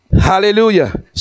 Hallelujah